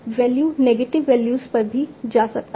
value negative values पर भी जा सकता है